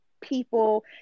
people